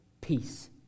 peace